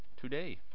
Today